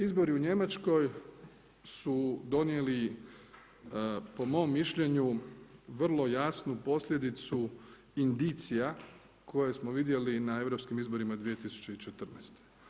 Izbori u Njemačkoj su donijeli po mom mišljenju vrlo jasnu posljedicu indicija koje smo vidjeli na europskim izborima 2014.